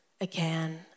again